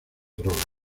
drogas